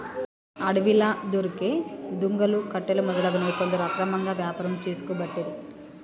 అడవిలా దొరికే దుంగలు, కట్టెలు మొదలగునవి కొందరు అక్రమంగా వ్యాపారం చేసుకోబట్టిరి